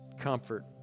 comfort